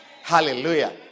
Hallelujah